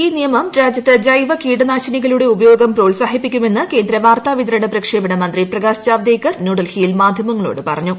ഈ നിയമം രാജ്യത്ത് ജൈവ കീടനാശിനികളുടെ ഉപയോഗം പ്രോത്സാഹിപ്പിക്കുമെന്ന് കേന്ദ്ര വാർത്താവിതരണ പ്രക്ഷേപണ മന്ത്രി പ്രകാശ് ജാവ്ദേക്കർ ന്യൂഡൽഹിയിൽ മാധ്യമങ്ങളോട് പറഞ്ഞു